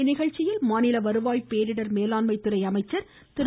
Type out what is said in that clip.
இந்நிகழ்ச்சியில் மாநில வருவாய் பேரிடர் மேலாண்மைத்துறை அமைச்சர் திரு